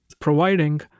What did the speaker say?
providing